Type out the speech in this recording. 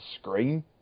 screen